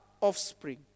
offspring